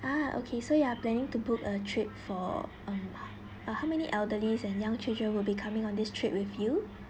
ah okay so you are planning to book a trip for um uh how many elderly and young children will be coming on this trip with you